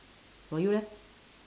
for you leh